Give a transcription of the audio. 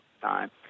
time